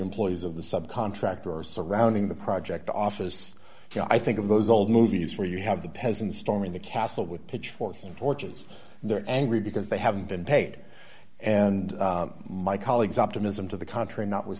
employees of the subcontractor are surrounding the project office yeah i think of those old movies where you have the peasants storming the castle with pitchforks and torches they're angry because they haven't been paid and my colleagues optimism to the contrary notwith